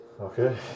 Okay